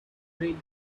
read